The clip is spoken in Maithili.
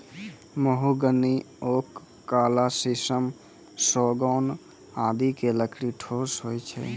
महोगनी, ओक, काला शीशम, सागौन आदि के लकड़ी ठोस होय छै